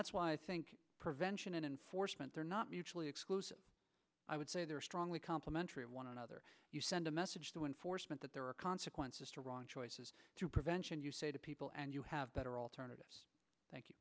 that's why i think prevention and enforcement they're not mutually exclusive i would say they are strongly complementary of one another you send a message to enforcement that there are consequences to wrong choices to prevention you say to people and you have better alternatives thank you